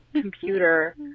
computer